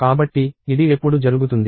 కాబట్టి ఇది ఎప్పుడు జరుగుతుంది